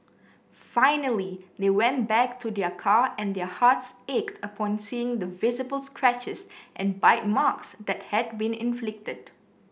finally they went back to their car and their hearts ached upon seeing the visible scratches and bite marks that had been inflicted